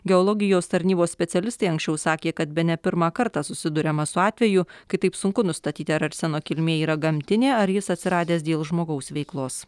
geologijos tarnybos specialistai anksčiau sakė kad bene pirmą kartą susiduriama su atveju kai taip sunku nustatyti ar arseno kilmė yra gamtinė ar jis atsiradęs dėl žmogaus veiklos